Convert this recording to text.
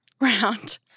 round